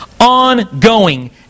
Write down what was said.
ongoing